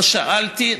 לא שאלתי,